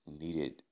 needed